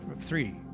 three